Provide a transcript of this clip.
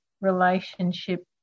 relationship